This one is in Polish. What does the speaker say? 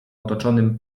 otoczonym